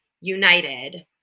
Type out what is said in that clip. united